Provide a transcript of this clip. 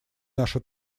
нашу